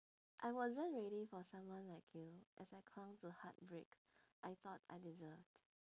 I wasn't ready for someone like you as I clung to heart break I thought I deserved